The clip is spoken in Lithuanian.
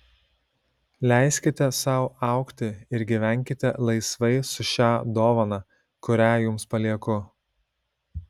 leiskite sau augti ir gyvenkite laisvai su šia dovana kurią jums palieku